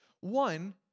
One